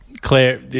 Claire